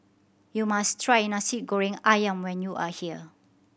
you must try Nasi Goreng Ayam when you are here